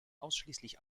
ausschliesslich